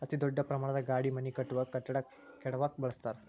ಅತೇ ದೊಡ್ಡ ಪ್ರಮಾಣದ ಗಾಡಿ ಮನಿ ಕಟ್ಟುವಾಗ, ಕಟ್ಟಡಾ ಕೆಡವಾಕ ಬಳಸತಾರ